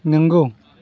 नोंगौ